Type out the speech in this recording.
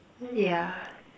yeah